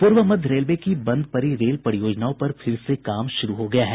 पूर्व मध्य रेलवे की बंद पड़ी रेल परियोजनाओं पर फिर से काम शुरू हो गया है